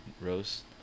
roast